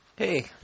Hey